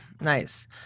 nice